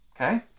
okay